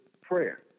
prayer